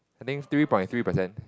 I think three point three percent